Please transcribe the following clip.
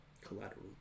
collateral